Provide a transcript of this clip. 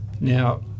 Now